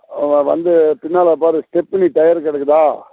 வந்து பின்னால் பார் ஸ்டெப்னி டையர் கிடக்குதா